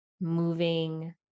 moving